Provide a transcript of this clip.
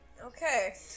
Okay